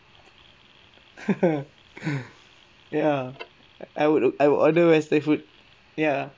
ya I would I would order western food ya